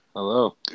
Hello